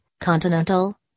Continental